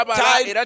tied